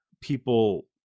people